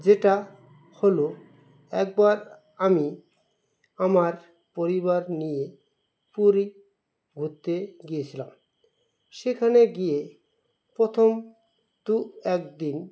যেটা হলো একবার আমি আমার পরিবার নিয়ে পুরী ঘুরতে গিয়েছিলাম সেখানে গিয়ে প্রথম দু এক দিন